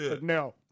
No